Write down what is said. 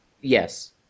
Yes